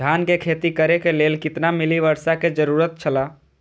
धान के खेती करे के लेल कितना मिली वर्षा के जरूरत छला?